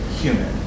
human